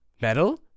Metal